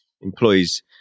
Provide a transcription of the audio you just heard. employees